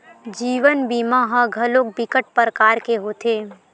जीवन बीमा ह घलोक बिकट परकार के होथे